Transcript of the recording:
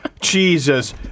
Jesus